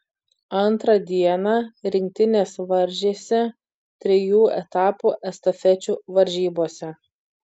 antrą dieną rinktinės varžėsi trijų etapų estafečių varžybose